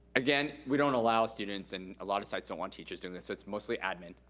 again, we don't allow students, and a lotta sites don't want teachers doing this, so it's mostly admin.